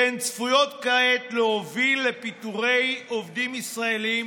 והן צפויות כעת להוביל לפיטורי עובדים ישראלים